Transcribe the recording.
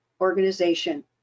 organization